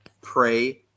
Pray